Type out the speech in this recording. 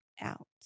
out